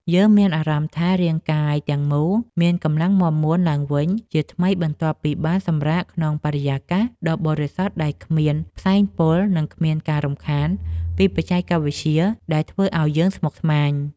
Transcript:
យើងមានអារម្មណ៍ថារាងកាយទាំងមូលមានកម្លាំងមាំមួនឡើងវិញជាថ្មីបន្ទាប់ពីបានសម្រាកក្នុងបរិយាកាសដ៏បរិសុទ្ធដែលគ្មានផ្សែងពុល និង គ្មានការរំខានពីបច្ចេកវិទ្យាដែលធ្វើឱ្យយើងស្មុគស្មាញ។